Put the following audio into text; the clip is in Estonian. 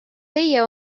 teie